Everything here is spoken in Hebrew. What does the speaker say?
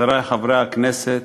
חברי חברי הכנסת,